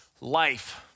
life